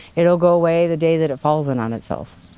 it'll go away the day that it falls in on itself.